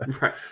Right